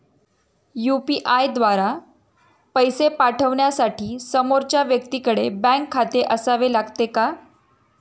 UPI द्वारा पैसे पाठवण्यासाठी समोरच्या व्यक्तीकडे बँक खाते असावे लागते का?